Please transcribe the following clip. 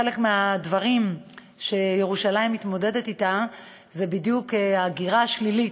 חלק מהדברים שירושלים מתמודדת אתם זה בדיוק הגירה שלילית,